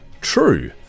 True